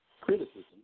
criticism